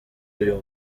uyu